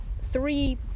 three